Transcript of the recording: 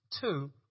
two